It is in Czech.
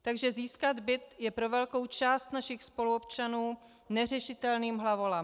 Takže získat byt je pro velkou část našich spoluobčanů neřešitelným hlavolamem.